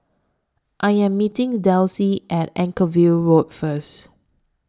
I Am meeting Delsie At Anchorvale Road First